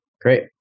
Great